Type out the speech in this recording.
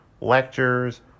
lectures